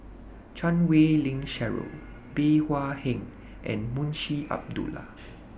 Chan Wei Ling Cheryl Bey Hua Heng and Munshi Abdullah